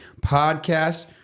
podcast